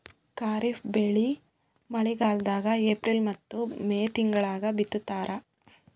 ಖಾರಿಫ್ ಬೆಳಿ ಮಳಿಗಾಲದಾಗ ಏಪ್ರಿಲ್ ಮತ್ತು ಮೇ ತಿಂಗಳಾಗ ಬಿತ್ತತಾರ